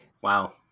Wow